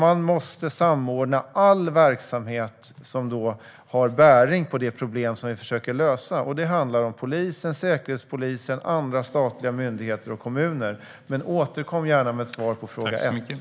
Man måste samordna all verksamhet som har bäring på det problem som vi försöker lösa. Det handlar om polisen, Säkerhetspolisen, andra statliga myndigheter och kommuner. Återkom gärna med svar på fråga ett!